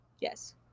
Yes